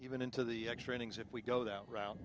even into the extra innings if we go that route